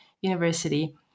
University